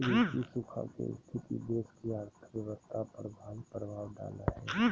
कृषि सूखा के स्थिति देश की अर्थव्यवस्था पर भारी प्रभाव डालेय हइ